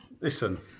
Listen